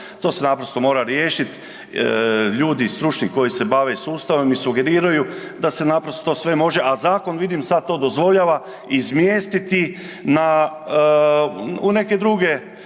To se naprosto mora riješiti. Ljudi stručni koji se bave sustavom i sugeriraju da se naprosto sve može, a zakon vidim, sad to dozvoljava, izmjestiti na neke druge